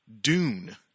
Dune